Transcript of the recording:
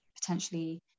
potentially